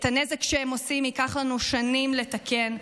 את הנזק שהם עושים ייקח לנו שנים לתקן,